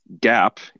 gap